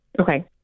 Okay